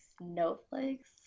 snowflakes